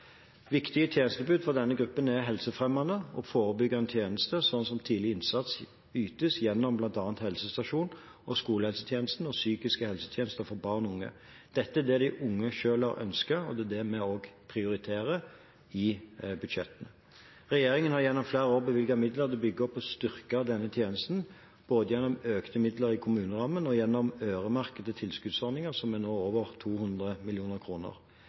Viktige tjenestetilbud for denne gruppen er helsefremmende og forebyggende tjenester, slik som tidlig innsats som ytes gjennom bl.a. helsestasjons- og skolehelsetjenesten og psykiske helsetjenester for barn og unge. Dette er det de unge selv har ønsket, og det er også det vi prioriterer i budsjettene. Regjeringen har gjennom flere år bevilget midler til å bygge opp og styrke denne tjenesten, både gjennom økte midler i kommunerammen og gjennom øremerkede tilskuddsordninger som nå er på over 200